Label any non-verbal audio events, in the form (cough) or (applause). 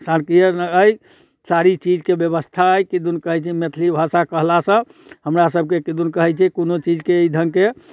(unintelligible) मे अइ सारी चीजके व्यवस्था अइ किदुन कहैत छै मैथिली भाषा कहलासँ हमरा सबके किदुन कहैत छै कोनो चीजके अइ ढङ्गके